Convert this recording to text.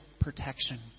protection